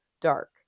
Dark